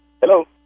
Hello